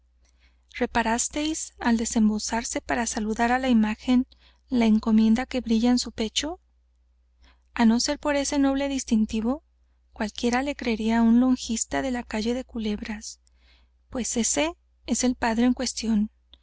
retablo reparásteis al desembozarse para saludar á la imagen la encomienda que brilla en su pecho a no ser por ese noble distintivo cualquiera le creería un lonjista de la calle de culebras pues ese es el padre en cuestión